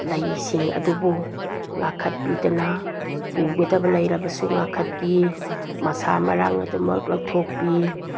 ꯂꯩꯁꯤꯡ ꯑꯗꯨꯕꯨ ꯉꯥꯛꯈꯠꯄꯤꯗꯅ ꯇꯨꯒꯗꯕ ꯂꯩꯔꯕꯁꯨ ꯉꯥꯛꯈꯠꯄꯤ ꯃꯁꯥ ꯃꯔꯥꯡ ꯑꯗꯨꯃꯛ ꯂꯧꯊꯣꯛꯄꯤ